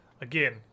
Again